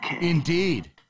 Indeed